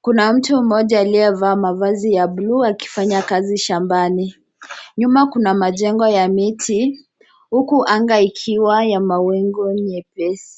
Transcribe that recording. Kuna mtu mmoja aliyevaa mavazi ya buluu akifanya kazi shambani. Nyuma kuna majengo ya miti huku anga ikiwa ya mawingu nyepesi.